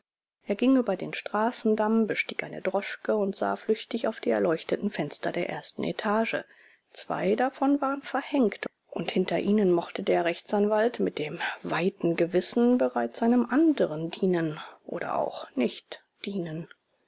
er ging über den straßendamm bestieg eine droschke und sah flüchtig auf die erleuchteten fenster der ersten etage zwei davon waren verhängt und hinter ihnen mochte der rechtsanwalt mit dem weiten gewissen bereits einem anderen dienen oder auch nicht dienen